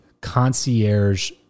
concierge